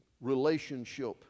relationship